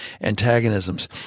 antagonisms